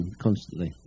Constantly